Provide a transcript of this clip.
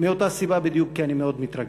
מאותה סיבה בדיוק, כי אני מאוד מתרגש,